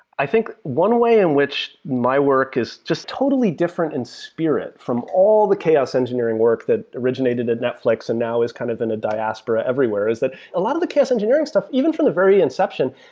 i think one way in which my work is just totally different in spirit from all the chaos engineering work that originated at netflix and now is kind of in a diaspora everywhere, is that a lot of the chaos engineering stuff, even from the very inception,